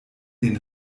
den